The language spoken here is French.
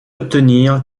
obtenir